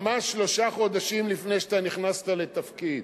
ממש שלושה חודשים לפני שאתה נכנסת לתפקיד,